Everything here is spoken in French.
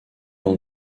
dans